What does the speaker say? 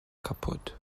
kaputt